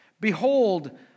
Behold